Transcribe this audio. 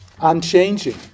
Unchanging